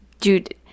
Dude